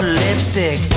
lipstick